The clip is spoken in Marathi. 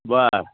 बरं